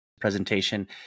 presentation